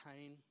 pain